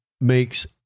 makes